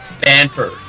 Banter